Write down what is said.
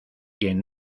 quien